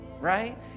right